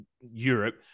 Europe